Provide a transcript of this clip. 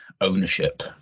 ownership